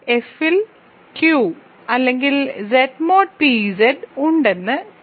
F ൽ Q അല്ലെങ്കിൽ Z mod p Z ഉണ്ടെന്ന് തെളിയിക്കുക